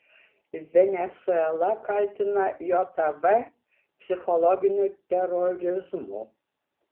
venesuela kaltina jav psichologiniu terorizmu